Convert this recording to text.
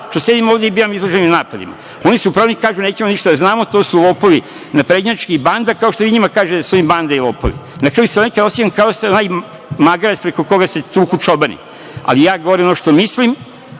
što sedim ovde i bivam izložen napadima. Oni su u pravu kada kažu – nećemo ništa da znamo, to su lopovi naprednjački, banda, kao što i vi njima kažete da su oni banda i lopovi. Na kraju, nekada se osećam kao magarac preko koga se tuku čobani, ali ja govorim ono što mislim